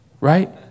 Right